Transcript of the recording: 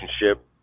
relationship